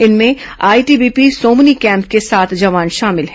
इनमें ITBP Somni camp के सात जवान शामिल हैं